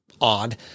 odd